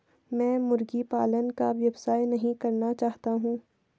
मैं मुर्गी पालन का व्यवसाय नहीं करना चाहता हूँ